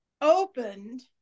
opened